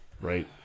right